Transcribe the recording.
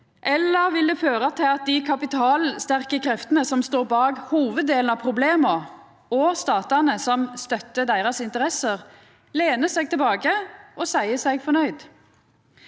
eller vil det føra til at dei kapitalsterke kreftane som står bak hovuddelen av problema, og statane som støttar interessene deira, lener seg tilbake og seier seg fornøgde?